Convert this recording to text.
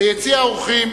ביציע האורחים,